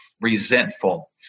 resentful